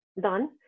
done